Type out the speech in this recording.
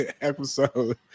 episode